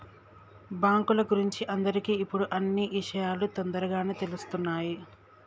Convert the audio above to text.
బాంకుల గురించి అందరికి ఇప్పుడు అన్నీ ఇషయాలు తోందరగానే తెలుస్తున్నాయి